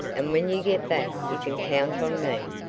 and when you get back you can count on me.